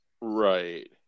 Right